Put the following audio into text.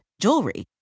jewelry